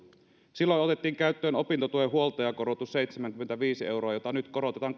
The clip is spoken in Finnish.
silloin otettiin käyttöön opintotuen huoltajakorotus seitsemänkymmentäviisi euroa jota nyt korotetaan